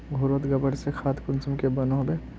घोरोत गबर से खाद कुंसम के बनो होबे?